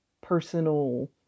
personal